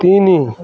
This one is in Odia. ତିନି